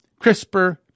CRISPR